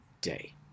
day